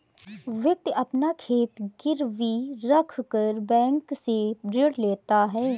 व्यक्ति अपना खेत गिरवी रखकर बैंक से ऋण लेता है